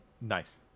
nice